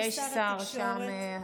יש שר שם.